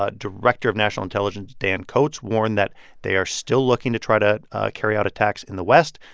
ah director of national intelligence dan coats warned that they are still looking to try to carry out attacks in the west.